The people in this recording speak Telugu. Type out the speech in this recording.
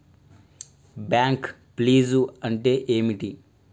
బ్యాంక్ ఫీజ్లు అంటే ఏమిటి?